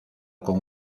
con